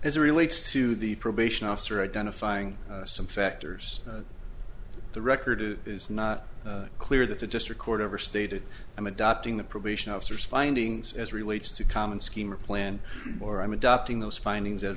a relates to the probation officer identifying some factors the record is not clear that the district court overstated i'm adopting the probation officers findings as relates to common scheme or plan or i'm adopting those findings as